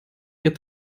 get